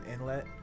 inlet